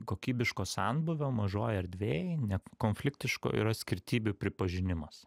kokybiško sanbūvio mažoj erdvėj nekonfliktiško yra skirtybių pripažinimas